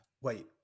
Wait